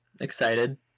excited